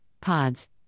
pods